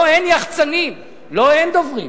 לו אין יחצנים ולו אין דוברים.